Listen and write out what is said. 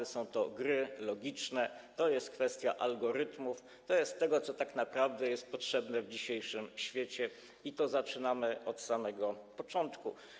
To są gry logiczne, to jest kwestia algorytmów, to jest to, co tak naprawdę jest potrzebne w dzisiejszym świecie, i to zaczynamy od samego początku.